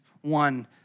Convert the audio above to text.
One